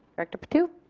director patu.